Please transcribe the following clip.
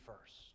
first